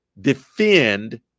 Defend